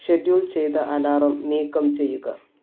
schedule ചെയ്ത alarm നീക്കം ചെയ്യുക